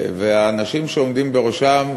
והאנשים שעומדים בראשן,